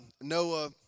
Noah